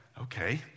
Okay